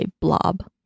blob